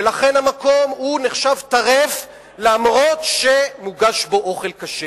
ולכן המקום נחשב טרף אף-על-פי שמוגש בו אוכל כשר,